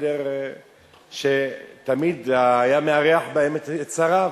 בחדר שתמיד היה מארח בו את שריו.